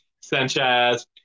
Sanchez